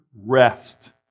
rest